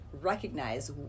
recognize